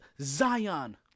Zion